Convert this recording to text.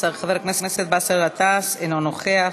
חבר הכנסת באסל גטאס, אינו נוכח.